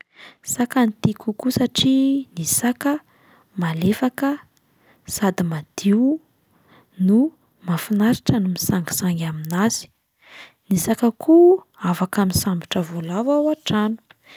Saka no tiako kokoa satria ny saka malefaka sady madio no mahafinaritra ny misangisangy aminazy, ny saka koa afaka misambotra voalavo ao an-trano.